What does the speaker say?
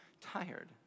tired